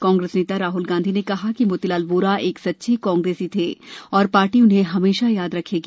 कांग्रेस नेता राहल गांधी ने कहा कि मोतीलाल वोरा एक सच्चे कांग्रेसी थे और पार्टी उन्हें हमेशा याद रखेगी